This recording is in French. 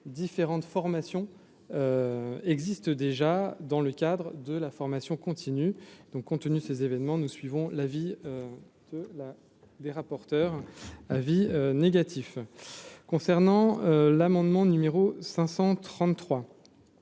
Différentes formations existent déjà dans le cadre de la formation continue donc compte tenu ces événements, nous suivons l'avis de la des rapporteurs : avis négatif concernant l'amendement numéro 533